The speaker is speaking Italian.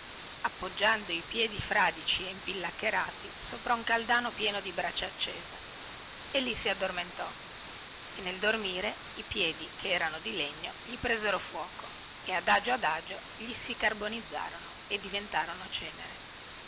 appoggiando i piedi fradici e impillaccherati sopra un caldano pieno di brace accesa e lì si addormentò e nel dormire i piedi che erano di legno gli presero fuoco e adagio adagio gli si carbonizzarono e diventarono cenere